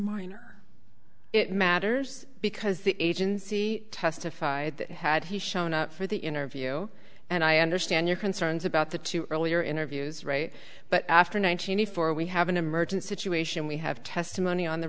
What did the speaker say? minor it matters because the agency testified that had he shown up for the interview and i understand your concerns about the two earlier interviews right but after nine hundred four we have an emergent situation we have testimony on the